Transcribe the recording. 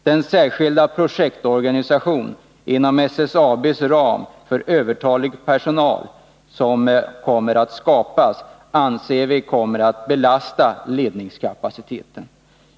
Den särskilda projektorganisation inom SSAB:s ram för övertalig personal som kommer att skapas kommer enligt vår uppfattning att belasta ledningskapaciteten.